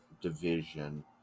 division